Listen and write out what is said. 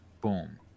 boom